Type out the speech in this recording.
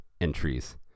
entries